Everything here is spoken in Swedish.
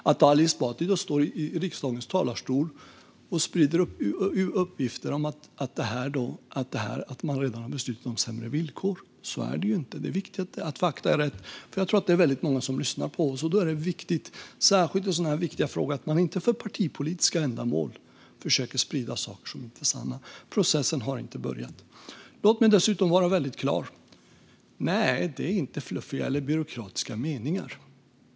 Då står Ali Esbati i riksdagens talarstol och sprider uppgifter om att man redan har beslutat om sämre villkor. Så är det inte. Det är viktigt att fakta är rätt. Jag tror att det är väldigt många som lyssnar på oss, och då är det viktigt - särskilt i sådana här viktiga frågor - att man inte för partipolitiska ändamål försöker sprida saker som inte är sanna. Processen har inte börjat. Låt mig dessutom vara väldigt klar: Nej, det är inte fluffiga eller byråkratiska meningar.